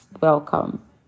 welcome